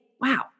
wow